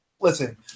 listen